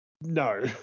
No